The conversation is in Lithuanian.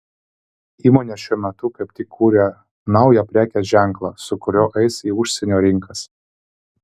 įmonė šiuo metu kaip tik kuria naują prekės ženklą su kuriuo eis į užsienio rinkas